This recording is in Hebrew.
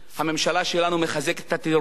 הממשלה שלנו מחזקת את הטרור.